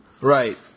Right